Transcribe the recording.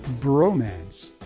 bromance